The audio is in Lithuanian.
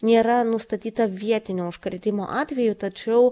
nėra nustatyta vietinio užkrėtimo atvejų tačiau